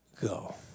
go